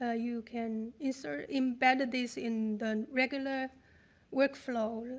ah you can insert embed this in the regular work flow